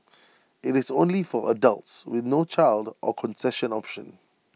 IT is also only for adults with no child or concession option